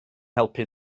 helpu